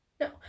No